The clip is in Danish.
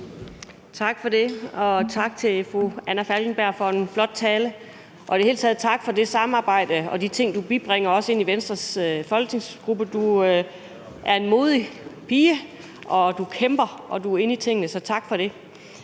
Tak for det, og tak til fru Anna Falkenberg for en flot tale, og i det hele taget tak for det samarbejde og de ting, du bibringer os i Venstres folketingsgruppe. Du er en modig pige, og du kæmper, og du er inde i tingene, så tak for det.